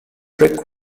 brick